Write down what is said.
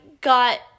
got